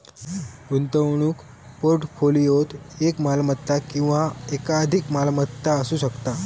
गुंतवणूक पोर्टफोलिओत एक मालमत्ता किंवा एकाधिक मालमत्ता असू शकता